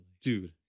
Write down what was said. Dude